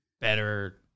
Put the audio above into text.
better